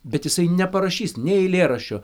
bet jisai neparašys nei eilėraščio